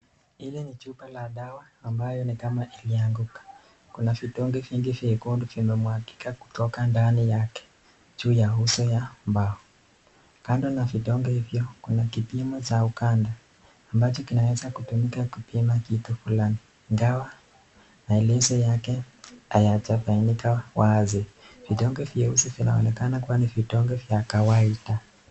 Hili ni chupa la dawa ambyo ni kama ilianguka. Kuna vitonge vingi vyekundu viko vimemwagika kutoka ndani yake juu ya uso ya mbao. Kando na vitonge hivyo, kuna kipimo cha ukanda ambacho kinaweza kutumika kupima kitu fulani. Ingawa maelezo yake hayajabainika wazi, vitonge vyeusi vinaonekana kuwa ni vitonge vya kawaida.